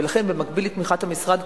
ולכן במקביל לתמיכת המשרד,